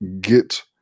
get